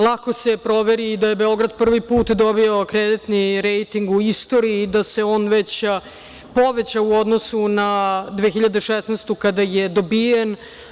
Lako se proveri i da je Beograd prvi put dobio kreditni rejting u istoriji i da se on već povećao u odnosu na 2016. kada je dobijen.